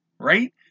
right